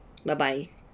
bye bye